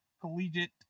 collegiate